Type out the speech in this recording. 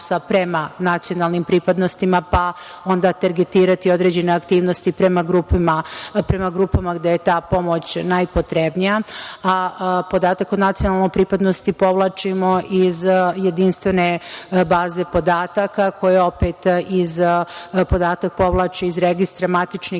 prema nacionalnim pripadnostima, pa onda targetirati određene aktivnosti prema grupama gde je ta pomoć najpotrebnija. Podatak o nacionalnoj pripadnosti povlačimo iz jedinstvene baze podataka koja opet podatak povlači iz Registara matičnih